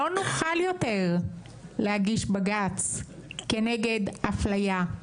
לא נוכל יותר להגיש בג"צ כנגד אפליה,